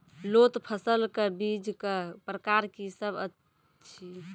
लोत फसलक बीजक प्रकार की सब अछि?